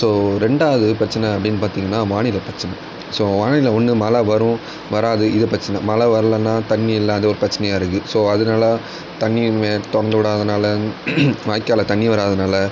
so ரெண்டாவது பிரச்சனை அப்படின்னு பார்த்தீங்கன்னா வானிலை பிரச்சனை ஸோ வானிலை ஒன்று மழை வரும் வராது இது பிரச்சனை மழை வரலன்னா தண்ணி இல்லாத ஒரு பிரச்சனையாக இருக்குது ஸோ அதனால தண்ணி இன்னுமே திறந்துவிடாதனால வாய்க்காலை தண்ணி வராதனால்